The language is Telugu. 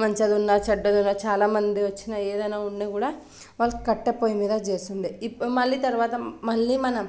మంచిదున్నా చెడ్డదున్నా చాలా మంది వచ్చినా ఏదైనా ఉన్నా కూడా వాళ్ళు కట్టె పొయ్యి మీద చేసుండే ఇప్పు మళ్ళీ తర్వాత మళ్ళీ మనం